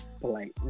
polite